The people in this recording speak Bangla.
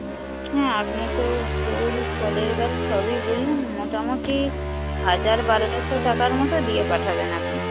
হুম আপনি তো ফুল ফলের গাছ সবই বললেন মোটামুটি হাজার বারোশো টাকার মতো দিয়ে পাঠাবেন আপনি